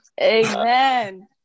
amen